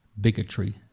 bigotry